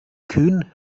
kühn